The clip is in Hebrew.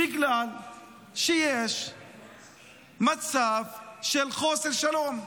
בגלל שיש מצב של חוסר שלום,